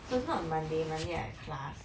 so it's not monday monday I had class